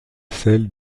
celle